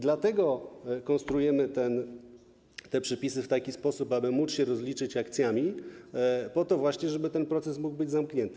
Dlatego konstruujemy te przepisy w taki sposób, aby móc się rozliczyć akcjami, po to właśnie żeby ten proces mógł być zamknięty.